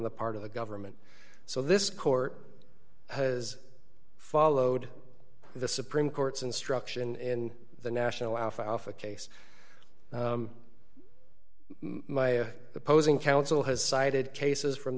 the part of the government so this court has followed the supreme court's instruction in the national alfalfa case my opposing counsel has cited cases from